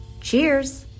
Cheers